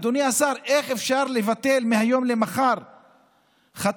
אדוני השר, איך אפשר לבטל מהיום למחר חתונות?